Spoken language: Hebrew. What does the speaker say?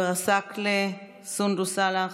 עסאקלה, סונדוס סאלח,